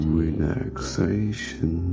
relaxation